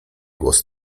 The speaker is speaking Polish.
głos